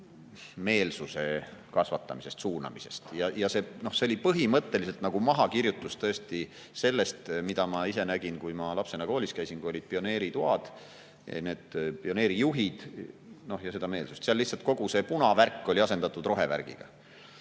meelsuse kasvatamisest ja suunamisest. See oli põhimõtteliselt nagu mahakirjutus sellest, mida ma ise nägin, kui ma lapsena koolis käisin, kui olid pioneeritoad, pioneerijuhid, see meelsus. Lihtsalt kogu see punavärk oli asendatud rohevärgiga.